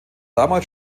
damals